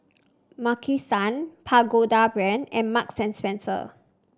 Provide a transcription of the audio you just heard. Maki San Pagoda Brand and Marks Spencer